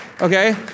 Okay